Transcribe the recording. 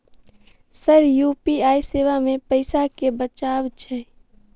Sir UPI सेवा मे पैसा केँ बचाब छैय?